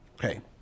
Okay